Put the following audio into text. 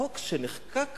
חוק שנחקק